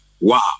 Wow